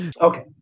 Okay